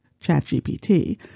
ChatGPT